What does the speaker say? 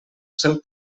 seu